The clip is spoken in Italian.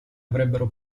avrebbero